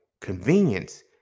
Convenience